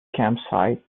campsite